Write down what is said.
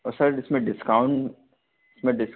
sir इस में discount में डिस